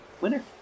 winner